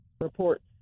reports